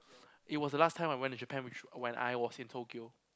it was the last time I went to Japan which when I was in Tokyo